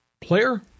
player